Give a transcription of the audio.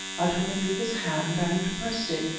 i took hendrika's hand, and pressed it.